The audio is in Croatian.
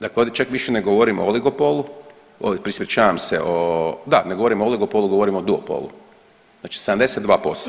Dakle, ovdje čak više ne govorimo o oligopolu, ispričavam se o, da ne govorimo o oligopolu govorimo o duopolu, znači 72%